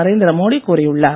நரேந்திர மோடி கூறியுள்ளார்